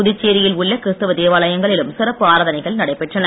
புதுச்சேரியில்ள உள்ள கிறிஸ்தவ தேவாலயங்களிலும் சிறப்பு ஆராதனைகள் நடைபெற்றன